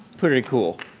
pretty cool.